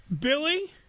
Billy